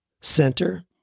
center